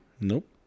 Nope